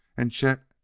and chet,